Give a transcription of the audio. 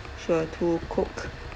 sure to cook